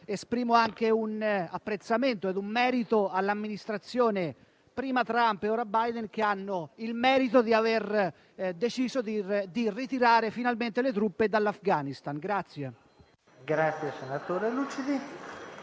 esprimo anche apprezzamento per l'Amministrazione prima Trump, poi Biden, che hanno il merito di aver deciso di ritirare finalmente le truppe dall'Afghanistan.